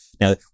Now